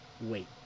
wait